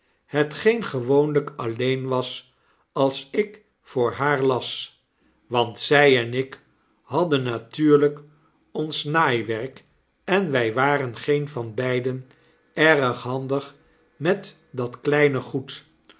hetgeen gewoonlyk alleen was als ik voor haar las want zij en ik hadden natuurlyk ons naaiwerk en wij waren geen van beiden erg handig met dat kleine goed